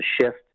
shift